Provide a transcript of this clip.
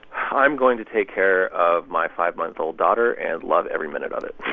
i'm going to take care of my five month old daughter and love every minute of it